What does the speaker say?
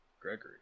Gregory